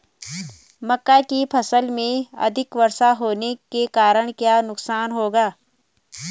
मक्का की फसल में अधिक वर्षा होने के कारण क्या नुकसान होगा?